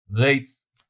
rates